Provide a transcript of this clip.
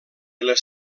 les